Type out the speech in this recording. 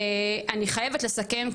אני חייבת לסכם,